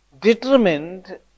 determined